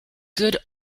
good